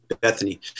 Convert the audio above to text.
bethany